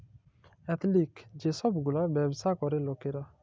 এথলিক যে ছব গুলা ব্যাবছা ক্যরে লকরা